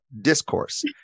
discourse